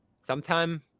sometime